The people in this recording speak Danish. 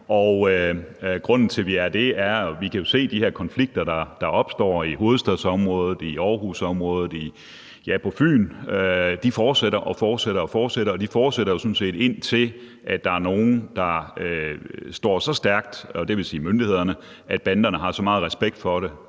grunden til, at vi er det, er, at vi jo kan se, at de her konflikter, der opstår i hovedstadsområdet, i Aarhusområdet og på Fyn, fortsætter og fortsætter, og de fortsætter jo sådan set, indtil der er nogle, dvs. myndighederne, der står så stærkt, at banderne har så meget respekt for det,